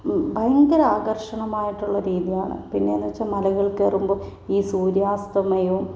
ഭയങ്കര ആകർഷണമായിട്ടുള്ള ഒരു ഏരിയയാണ് പിന്നെ എന്നു വച്ചാൽ മലകൾ കയറുമ്പം ഈ സൂര്യാസ്തമയവും